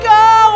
go